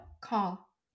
call